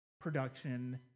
production